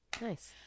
Nice